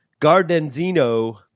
Gardenzino